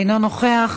אינו נוכח.